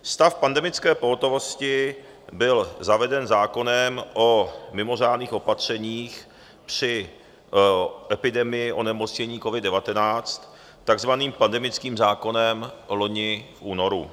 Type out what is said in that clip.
Stav pandemické pohotovosti byl zaveden zákonem o mimořádných opatřeních při epidemii onemocnění covid19, takzvaným pandemickým zákonem, loni v únoru.